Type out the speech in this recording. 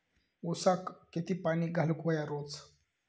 ऊसाक किती पाणी घालूक व्हया रोज?